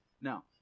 Now